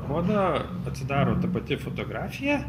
kodą atsidaro ta pati fotografija